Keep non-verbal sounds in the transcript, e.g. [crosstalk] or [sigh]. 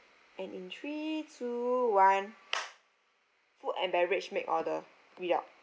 and in three two one [noise] food and beverage make order read out